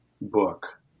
book